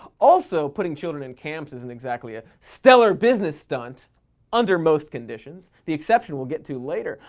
also, putting children in camps isn't exactly a stellar business stunt under most conditions, the exception we'll get to later.